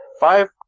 Five